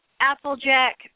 Applejack